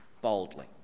boldly